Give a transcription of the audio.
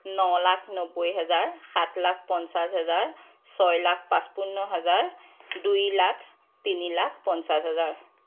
ন লাখ নব্বৈ হেজাৰ সাত লাখ পঞ্চাছ হেজাৰ ছয় লাখ পঁচপন্ন হাজাৰ দুই লাখ তিনি লাখ পঞ্চাছ হাজাৰ